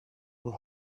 will